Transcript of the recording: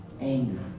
anger